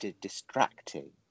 distracting